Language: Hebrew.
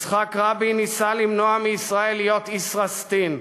יצחק רבין ניסה למנוע מישראל להיות ישראסטין,